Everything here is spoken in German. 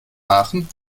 aachen